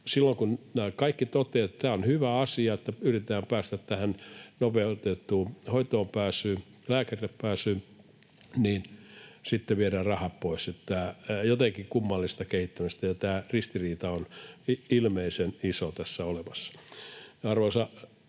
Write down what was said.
Silloin kun kaikki toteavat, että tämä on hyvä asia, että yritetään päästä tähän nopeutettuun hoitoon pääsyyn ja lääkärille pääsyyn, mutta sitten viedään rahat pois, niin tämä on jotenkin kummallista kehittämistä, ja tämä ristiriita on ilmeisen iso tässä olemassa. Arvoisa